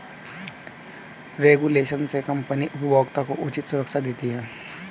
regulation से company उपभोक्ता को उचित सुरक्षा देती है